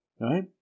Right